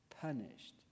punished